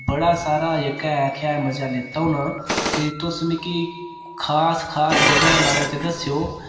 बड़ा सारा जेह्का आक्खेआ मजा लैता होना ते तुस मिगी खास खास जगहे्ं दे बारे च दस्सेओ